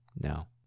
No